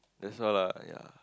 that's all lah ya